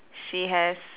she has